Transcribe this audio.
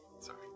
Sorry